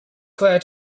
claire